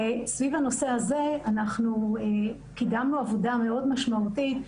סביב הנושא הזה אנחנו קידמנו עבודה מאוד משמעותית.